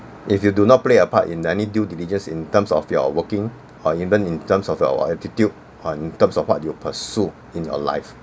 if you do not play a part in any due diligence in terms of your working or even in terms of your attitude or in terms of what you pursue in your life